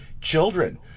children